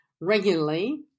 regularly